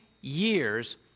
years